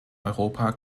europa